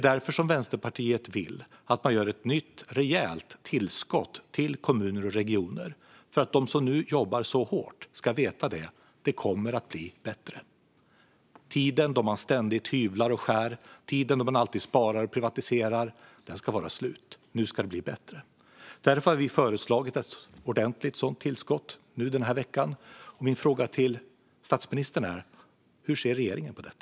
Vänsterpartiet vill därför att man gör ett nytt, rejält tillskott till kommuner och regioner för att de som nu jobbar så hårt ska veta att det kommer att bli bättre. Tiden då man ständigt hyvlar, skär, sparar och privatiserar ska vara slut. Nu ska det bli bättre. Därför har vi den här veckan föreslagit ett ordentligt sådant tillskott. Min fråga till statsministern är: Hur ser regeringen på detta?